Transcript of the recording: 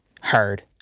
hard